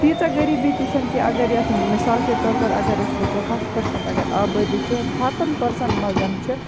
تیٖژاہ غریبی تہٕ چھَنہٕ کینٛہہ اگر یَتھ مِثال کے طور پَر اگر أسۍ وٕچھو ہَتھ پرسَنٹ اگر آبٲدی چھِ ہَتَن پرسَنٹ مَنٛز چھِ